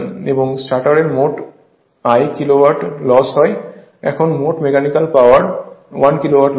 এবং স্টেটর এ মোট 1 কিলোওয়াট লস হয়